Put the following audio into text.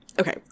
okay